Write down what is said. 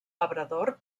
labrador